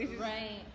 right